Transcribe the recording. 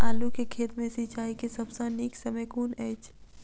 आलु केँ खेत मे सिंचाई केँ सबसँ नीक समय कुन अछि?